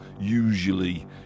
usually